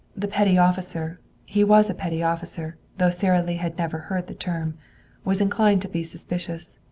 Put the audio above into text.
the petty officer he was a petty officer, though sara lee had never heard the term was inclined to be suspicious.